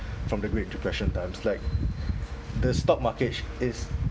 from the great depression times like the stock market is